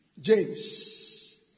James